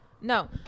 No